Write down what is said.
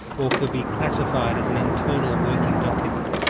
or could be classified as an internal working document.